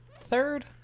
third